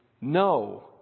no